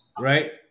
right